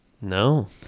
No